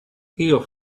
here